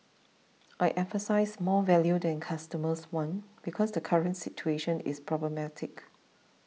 I emphasised more value that customers want because the current situation is problematic